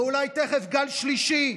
ואולי תכף גל שלישי,